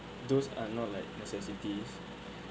those are not like necessities